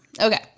Okay